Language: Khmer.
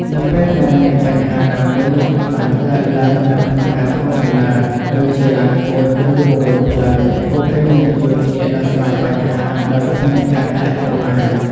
នៅពេលដែលមានបញ្ហាណាមួយបានកើតឡើងនៅក្នុងការធ្វើដំណើរ ដូចជាឡានខូចឬវង្វេងផ្លូវ ពួកគេនឹងជួយគ្នាដោះស្រាយបញ្ហាដោយគ្មានការខ្លាចរអា។